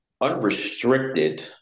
unrestricted